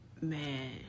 Man